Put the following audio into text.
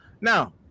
Now